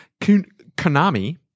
Konami